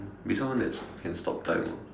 be someone that can stop time ah